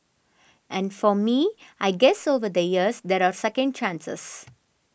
and for me I guess over the years there are second chances